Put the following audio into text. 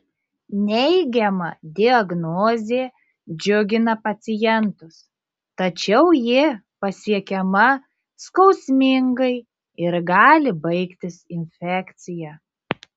neigiama diagnozė džiugina pacientus tačiau ji pasiekiama skausmingai ir gali baigtis infekcija